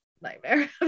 nightmare